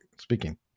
speaking